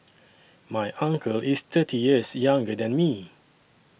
my uncle is thirty years younger than me